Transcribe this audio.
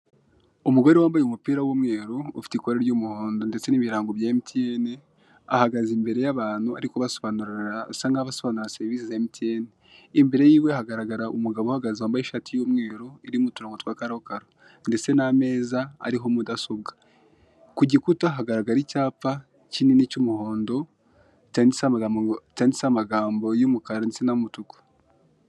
Umugore wambaye umupira w'umweru ufite ikora ry'umuhondo ndetse n'ibirango bya MTN, ahagaze imbere y'abantu ari kubasobanurir asa nk'aho ari kubasobanurira serivise za MTN. Imbere yiwe hagaragara umugabo wambaye ishati y'umweru irimo uturongo twa karokaro ndetse n'ameza ariho mudasobwa, ku gikuta hagaragara icyapa kinini cy'umuhondo cyanditseho amagambo ngo cayanditseho amagambo y'umukara ndetse nay'umutuku.